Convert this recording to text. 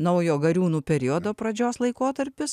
naujo gariūnų periodo pradžios laikotarpis